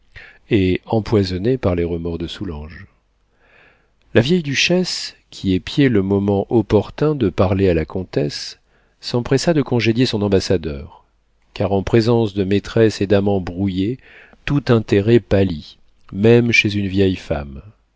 et empoisonnée par les remords de soulanges la vieille duchesse qui épiait le moment opportun de parler à la comtesse s'empressa de congédier son ambassadeur car en présence de maîtresses et d'amants brouillés tout intérêt pâlit même chez une vieille femme